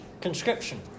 Conscription